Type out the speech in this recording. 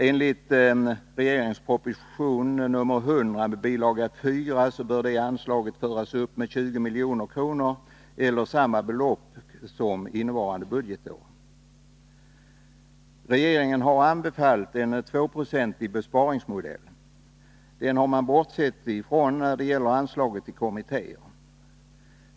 Enligt regeringens proposition 100 bilaga 4 bör det anslaget föras upp med 20 milj.kr. eller med samma belopp som innevarande budgetår. Regeringen har anbefallt en 2-procentig besparingsmodell. Men den har man bortsett från när det gäller anslaget till kommittéer.